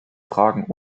fragen